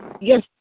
Yes